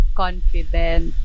confident